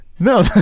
No